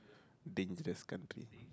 dangerous country